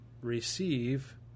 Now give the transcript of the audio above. receive